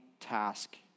Task